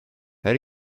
her